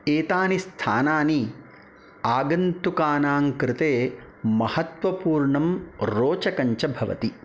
एतानि स्थानानि आगन्तुकानां कृते महत्त्वपूर्णं रोचकञ्च भवति